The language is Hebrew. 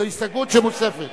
זו הסתייגות שמוספת.